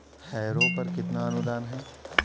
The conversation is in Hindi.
हैरो पर कितना अनुदान है?